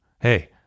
Hey